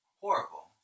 horrible